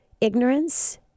Ignorance